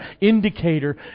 indicator